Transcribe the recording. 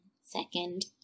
Second